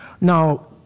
Now